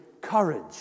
courage